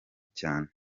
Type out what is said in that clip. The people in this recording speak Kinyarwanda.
cyane